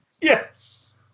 Yes